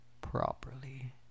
properly